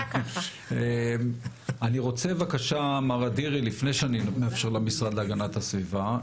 אני רוצה בבקשה מר אדירי לפני שאני מאפשר למשרד להגנת הסביבה,